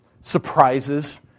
surprises